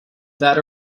that